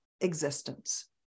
existence